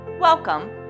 Welcome